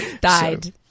Died